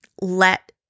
let